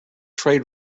trade